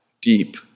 deep